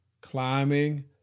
climbing